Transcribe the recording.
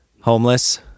homeless